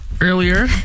earlier